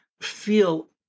feel